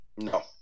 No